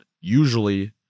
usually